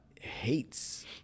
hates